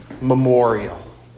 memorial